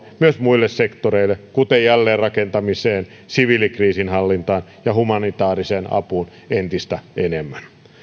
myös muille sektoreille kuten jälleenrakentamiseen siviilikriisinhallintaan ja humanitaariseen apuun